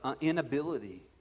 inability